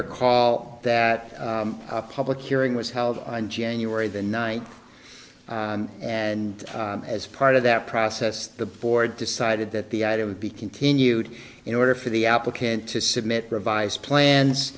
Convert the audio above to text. mayor call that a public hearing was held on january the ninth and as part of that process the board decided that the idea would be continued in order for the applicant to submit revised plans